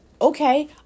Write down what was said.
Okay